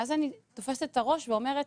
ואז אני תופסת את הראש ואומרת,